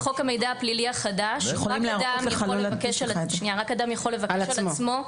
לפי חוק המידע הפלילי החדש אדם יכול לבקש רק על עצמו,